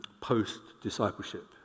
post-discipleship